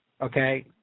okay